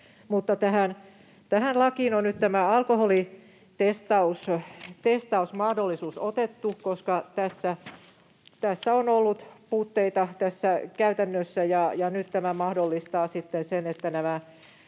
Tähän lakiin on nyt tämä alkoholitestausmahdollisuus otettu, koska tässä on ollut puutteita käytännössä, ja nyt tämä mahdollistaa sitten